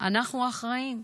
אנחנו אחראים?